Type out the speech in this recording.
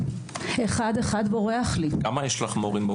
עולי אוקראינה, רוסיה, בעלייה של ארגנטינה בזמנה.